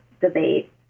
debate